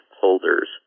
holders